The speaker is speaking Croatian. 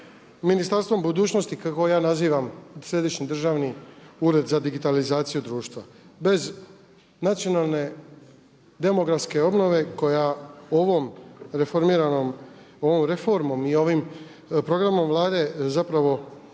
ministarstvom budućnosti kako ga ja nazivam Središnji državni ured za digitalizaciju društva. Bez nacionalne demografske obnove koja ovom reformom i ovim programom Vlade zapravo